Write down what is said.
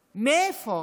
מאיפה?